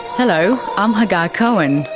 hello, i'm hagar cohen.